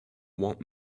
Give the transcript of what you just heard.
want